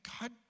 God